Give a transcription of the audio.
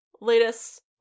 latest